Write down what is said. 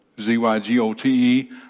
Z-Y-G-O-T-E